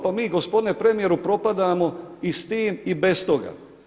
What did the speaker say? Pa mi gospodine premjeru propadamo i s tim i bez toga.